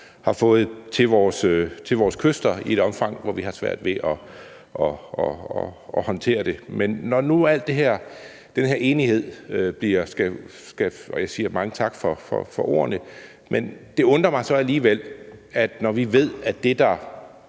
har fået til vores kyster i et omfang, hvor vi har svært ved at håndtere det. Nu er der al den her enighed, og jeg siger mange tak for ordene. Men det undrer mig så alligevel, når vi ved, at det, der